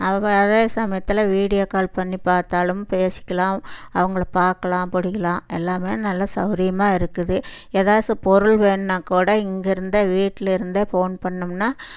அதேசமயத்தில் video call பண்ணி பார்த்தாலும் பேசிக்கலாம் அவங்ள பார்க்குலாம் பிடிக்கிலாம் எல்லாமே நல்லா சவுகரியமா இருக்குது ஏதாச்சு பொருள் வேணுனால் கூட இங்கிருந்தே வீட்டுலிருந்தே ஃபோன் பண்ணிணோம்னா